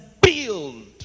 build